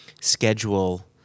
schedule